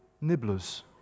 Nibblers